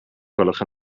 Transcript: gwelwch